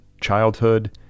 childhood